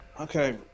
okay